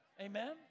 Amen